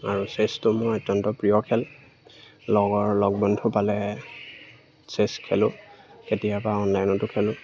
আৰু চেচটো মোৰ অত্যন্ত প্ৰিয় খেল লগৰ লগ বন্ধু পালে চেছ খেলোঁ কেতিয়াবা অনলাইনতো খেলোঁ